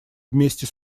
вместе